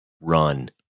run